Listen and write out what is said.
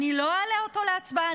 לא אעלה אותו להצבעה,